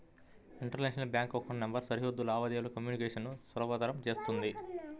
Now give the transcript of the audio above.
international bank account number సరిహద్దు లావాదేవీల communication ను సులభతరం చేత్తుంది